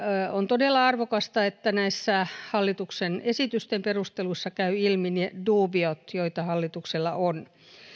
on todella arvokasta että näissä hallituksen esitysten perusteluissa käy ilmi ne duubiot joita hallituksella on